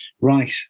Right